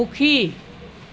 সুখী